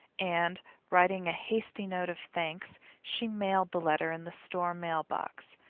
and writing a hasty note of thanks she mailed the letter in the store mail box,